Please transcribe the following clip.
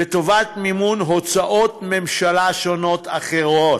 לטובת מימון הוצאות ממשלה שונות אחרות.